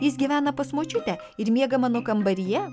jis gyvena pas močiutę ir miega mano kambaryje